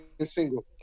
single